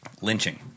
lynching